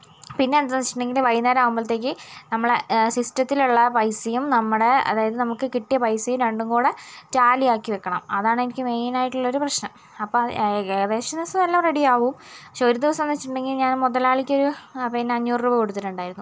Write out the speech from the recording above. പിന്നെ എന്താണെന്ന് വച്ചിട്ടുണ്ടങ്കിൽ വൈകുന്നേരം ആകുമ്പോഴത്തേക്ക് നമ്മളെ സിസ്റ്റത്തിലുള്ള പൈസയും നമ്മുടെ അതായത് നമുക്ക് കിട്ടിയ പൈസയും രണ്ടും കൂടി ടാലി ആക്കി വയ്ക്കണം അതാണ് എനിക്ക് മെയിൻ ആയിട്ടുള്ളൊരു പ്രശ്നം അപ്പോൾ അത് ഏകദേശം ദിവസവും എല്ലാം റെഡിയാകും പക്ഷെ ഒരു ദിവസം എന്നു വച്ചിട്ടുണ്ടെങ്കിൽ ഞാൻ മുതലാളിക്ക് ഒരു അഞ്ഞൂറ് രൂപ കൊടുത്തിട്ടുണ്ടായിരുന്നു